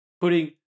putting